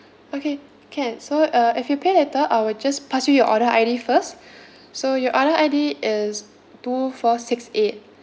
okay can so uh if you pay later I would just pass you your order I_D first so your order I_D is two four six eight